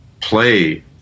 play